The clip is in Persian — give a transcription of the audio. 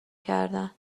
کردن